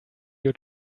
you